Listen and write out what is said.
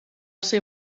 ser